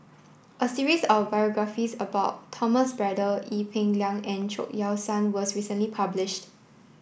a series of biographies about Thomas Braddell Ee Peng Liang and Chao Yoke San was recently published